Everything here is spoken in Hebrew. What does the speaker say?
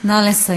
נא לסיים.